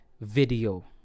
video